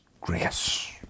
grace